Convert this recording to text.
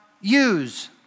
use